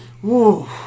Whoa